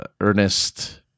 Ernest